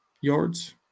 yards